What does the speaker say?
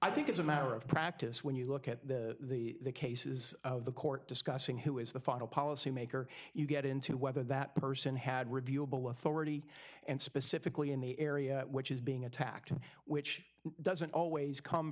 i think it's a matter of practice when you look at the cases of the court discussing who is the final policy maker you get into whether that person had reviewable authority and specifically in the area which is being attacked which doesn't always come